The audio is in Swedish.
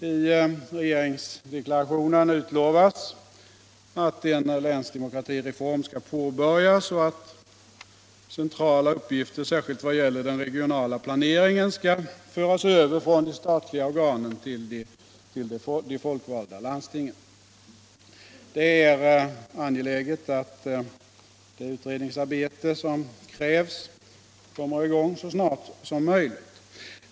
I regeringsdeklarationen utlovas att en länsdemokratireform skall påbörjas och att centrala uppgifter särskilt vad gäller den regionala planeringen skall föras över från de statliga organen till de folkvalda landstingen. Det är angeläget att det utredningsarbete som krävs kommer i gång så snart som möjligt.